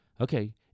Okay